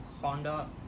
Honda